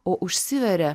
o užsiveria